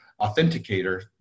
authenticator